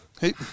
hey